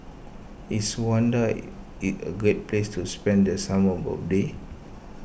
is Rwanda A a great place to spend the summer holiday